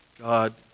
God